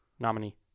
nominee